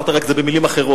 רק אמרת את זה במלים אחרות,